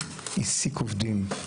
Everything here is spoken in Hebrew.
העסיק עובדים,